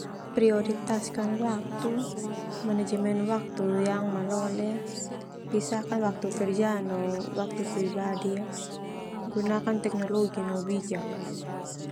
Prioritaskan waktu, manajemen waktu yang malole, pisahkan waktu kerja no waktu pribadi. Gunakan teknologi no bijak.